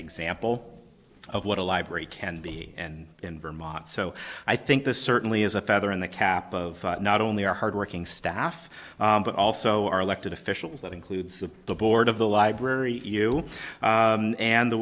example of what a library can be and in vermont so i think this certainly is a feather in the cap of not only our hardworking staff but also our elected officials that includes the board of the library you and the